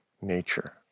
nature